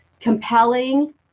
compelling